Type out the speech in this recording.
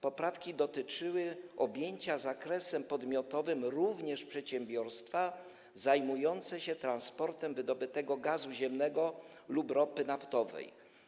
Poprawki dotyczą objęcia zakresem podmiotowym również przedsiębiorstw zajmujących się transportem wydobytego gazu ziemnego lub ropy naftowej.